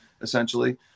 essentially